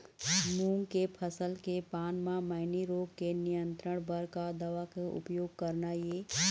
मूंग के फसल के पान म मैनी रोग के नियंत्रण बर का दवा के उपयोग करना ये?